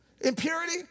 Impurity